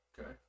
Okay